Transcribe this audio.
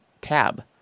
tab